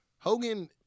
Hogan